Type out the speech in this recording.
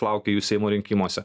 laukia jų seimo rinkimuose